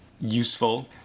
useful